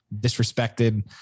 disrespected